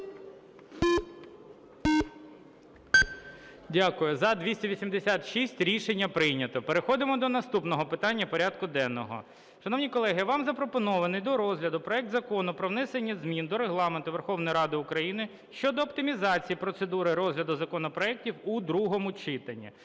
За-286 Рішення прийнято. Переходимо до наступного питання порядку денного. Шановні колеги, вам запропонований до розгляду проект Закону про внесення змін до Регламенту Верховної Ради України щодо оптимізації процедури розгляду законопроектів у другому читанні.